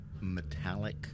metallic